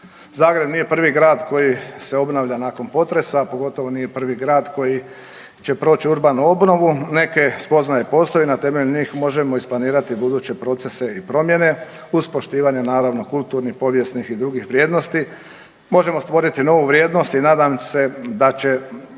Zagreb nije prvi grad koji se obnavlja nakon potresa, a pogotovo nije prvi grad koji će proći urbanu obnovu. Neke spoznaje i postoje i na temelju njih možemo isplanirati buduće procese i promjene uz poštivanje naravno kulturnih, povijesnih i drugih vrijednosti. Možemo stvoriti novu vrijednost i nadam se da će